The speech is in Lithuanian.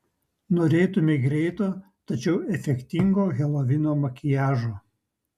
norėtumei greito tačiau efektingo helovino makiažo